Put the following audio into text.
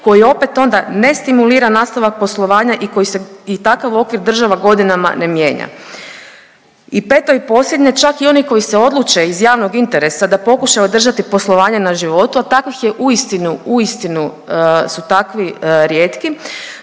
koji opet, onda ne stimulira nastavak poslovanja i koji se i takav okvir država godinama ne mijenja. I peto i posljednje, čak i oni koji se odluče iz javnog interesa da pokušaju održati poslovanje na životu, a takvih je uistinu, uistinu su takvi rijetki,